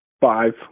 Five